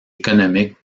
économiques